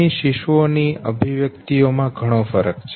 અહી શિશુઓની અભિવ્યક્તિઓ માં ઘણો ફરક છે